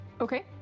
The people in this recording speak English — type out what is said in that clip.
okay